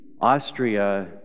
Austria